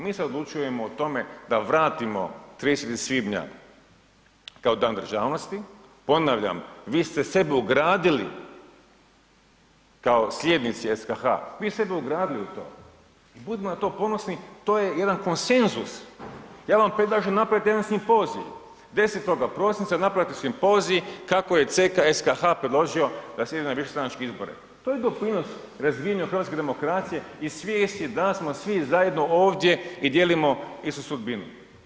Mi se odlučujemo o tome da vratimo 30. svibnja kao Dan državnosti, ponavljam vi ste sebe ugradili kao slijednici SKH-a, vi ste sebe ugradili u to, budimo na to ponosni, to je jedan konsenzus, ja vam predlažem da napravite jedan simpozij 10. prosinca, napravite simpozij kako je CK SKH predložio da ide na višestranačke izbore, to je doprinos razvijanju hrvatske demokracije i svijesti da smo svi zajedno ovdje i dijelimo istu sudbinu.